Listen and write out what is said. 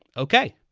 ok,